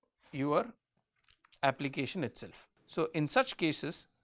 your application itself. so, in such cases